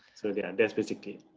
sort of yeah, that's basically,